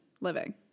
living